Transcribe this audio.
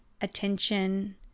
attention